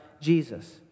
Jesus